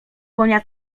konia